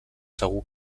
segur